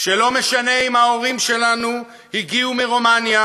שלא משנה אם ההורים שלנו הגיעו מרומניה